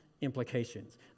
implications